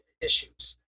issues